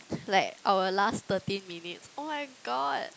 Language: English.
like our last thirteen minutes oh my god